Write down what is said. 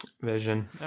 Vision